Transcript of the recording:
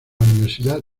universidad